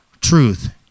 truth